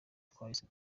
twahise